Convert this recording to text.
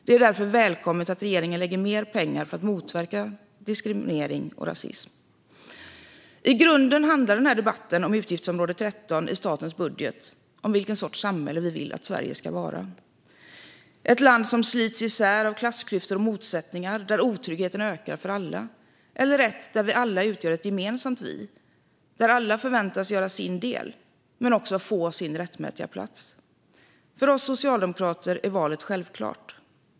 Det är därför välkommet att regeringen lägger mer pengar på att motverka diskriminering och rasism. I grunden handlar debatten om utgiftsområde 13 i statens budget om vilken sorts samhälle vi vill att Sverige ska vara, om vill att det ska vara ett land som slits isär av klassklyftor och motsättningar, där otryggheten ökar för alla, eller ett land där vi alla utgör ett gemensamt vi och där alla förväntas göra sin del men också får sin rättmätiga plats. För oss socialdemokrater är valet självklart.